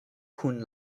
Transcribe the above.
kun